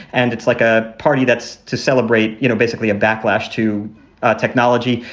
and it's like a party that's to celebrate, you know, basically a backlash to technology.